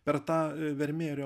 per tą vermėjerio